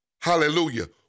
Hallelujah